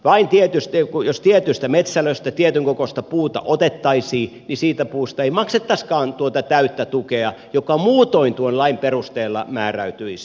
vain jos tietystä metsälöstä tietynkokoista puuta otettaisiin niin siitä puusta ei maksettaisikaan tuota täyttä tukea joka muutoin tuon lain perusteella määräytyisi